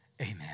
Amen